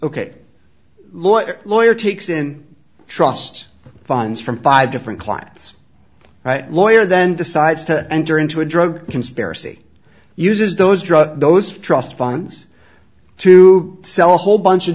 ok lawyer lawyer takes in trust funds from five different clients right lawyer then decides to enter into a drug conspiracy uses those drug those trust funds to sell a whole bunch of